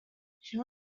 shall